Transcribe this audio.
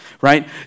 right